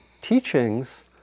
teachings